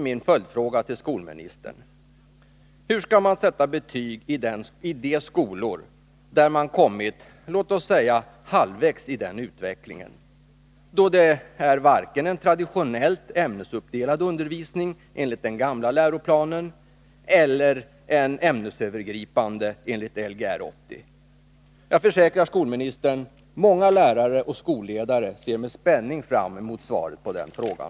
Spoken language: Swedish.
Min följdfråga till skolministern blir därför: Hur skall man sätta betyg i de skolor där man kommit låt oss säga halvvägs i denna utveckling, med varken en traditionellt ämnesuppdelad undervisning enligt den gamla läroplanen eller en ämnesövergripande undervisning enligt Lgr 80? Jag försäkrar skolministern att många lärare och skolledare med spänning ser fram mot svaret på den frågan.